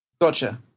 Gotcha